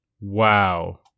Wow